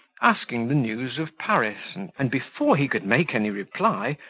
asked the news of paris, and, before he could make any reply,